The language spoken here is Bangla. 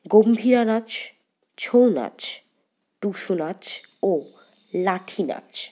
গম্ভীরা নাচ ছৌ নাচ টুসু নাচ ও লাঠি নাচ